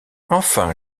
enfin